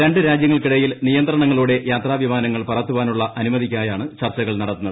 രണ്ട് രാജ്യങ്ങൾക്കിടയിൽ നിയന്ത്രണങ്ങളോടെ യാത്രാവിമാനങ്ങൾ പറത്താനുള്ള അനുമതിക്കായാണ് ചർച്ചകൾ നടത്തുന്നത്